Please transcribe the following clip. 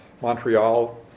Montreal